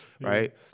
right